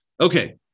Okay